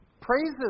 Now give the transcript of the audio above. praises